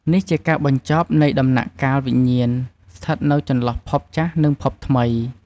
នេះជាការបញ្ចប់នៃ ដំណាក់កាលវិញ្ញាណស្ថិតនៅចន្លោះភពចាស់និងភពថ្មី។